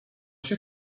się